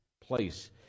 place